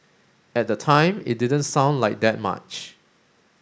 at the time it didn't sound like that much